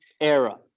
era